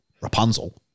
Rapunzel